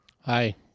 Hi